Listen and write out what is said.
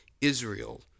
Israel